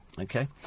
Okay